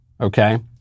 okay